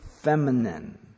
feminine